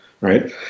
right